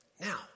Now